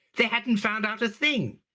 they hadn't found out a thing.